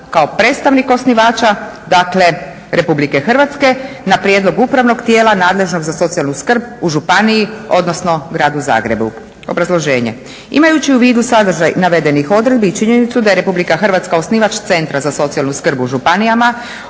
kao predstavnik osnivača, dakle Republike Hrvatske, na prijedlog upravnog tijela nadležnog za socijalnu skrb u županiji, odnosno Gradu Zagrebu. Obrazloženje, imajući u vidu sadržaj navedenih odredbi i činjenicu da je Republika Hrvatska osnivač Centra za socijalnu skrb u županijama,